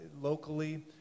locally